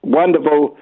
wonderful